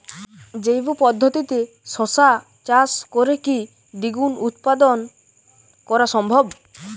জৈব পদ্ধতিতে শশা চাষ করে কি দ্বিগুণ উৎপাদন করা সম্ভব?